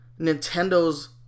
Nintendo's